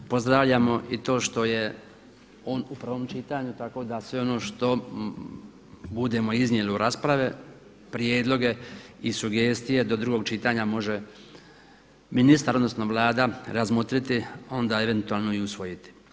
Pozdravljamo i to što je on u prvom čitanju, tako da sve ono što budemo iznijeli u rasprave, prijedloge i sugestije do drugog čitanja može ministar, odnosno Vlada razmotriti, onda eventualno i usvojiti.